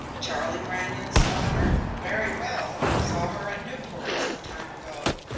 charlie brandon's daughter? very well saw her at newport some time ago.